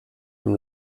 dem